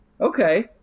Okay